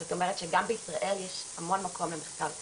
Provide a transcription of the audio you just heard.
זאת אומרת שגם בישראל יש המון מקום למחקר כזה.